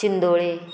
शिंदोळे